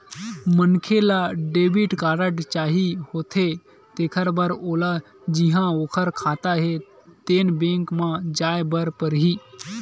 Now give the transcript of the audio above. मनखे ल debit card चाही होथे तेखर बर ओला जिहां ओखर खाता हे तेन बेंक म जाए बर परही